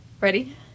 ready